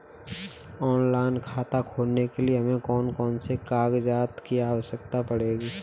Online खाता खोलने के लिए हमें कौन कौन से कागजात की आवश्यकता पड़ेगी?